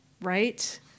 right